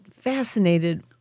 fascinated